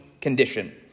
condition